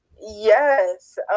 Yes